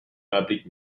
public